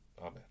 Amen